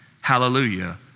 Hallelujah